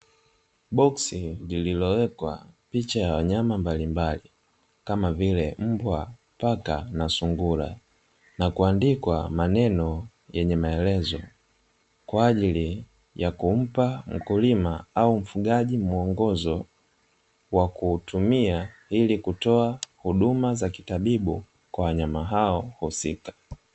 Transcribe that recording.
Boksi lililowekwa picha ya wanyama mbalimbali, kama vile; mbwa, paka na sungura, na kuandikwa maneno yenye maelezo kwa ajili ya kumpa mkulima au mfugaji muongozo wa kutumia ili kutoa huduma za kitabibu kwa wanyama hao husika.